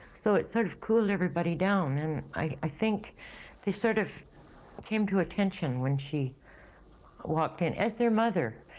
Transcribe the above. so it sort of cooled everybody down, and i think they sort of came to attention when she walked in. as their mother,